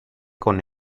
con